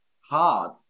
hard